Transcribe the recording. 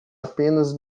apenas